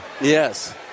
Yes